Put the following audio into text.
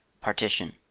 Partition